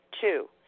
Two